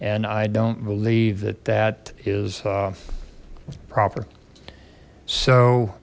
and i don't believe that that is proper so